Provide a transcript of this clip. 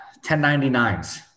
1099s